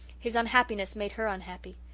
his unhappiness made her unhappy.